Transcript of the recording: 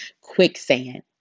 quicksand